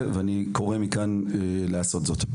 ואני קורה מכאן לעשות זאת,